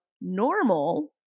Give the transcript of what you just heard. normal